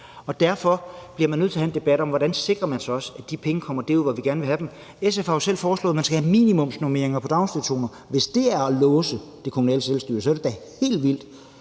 og derfor bliver man nødt til at have en debat om, hvordan man så også sikrer, at de penge kommer derud, hvor vi gerne vil have dem. SF har jo selv foreslået, at man skal have minimumsnormeringer for daginstitutioner, og hvis det er at låse det kommunale selvstyre, så er det da helt vildt.